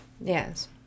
Yes